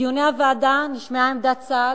בדיוני הוועדה נשמעה עמדת צה"ל,